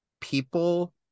people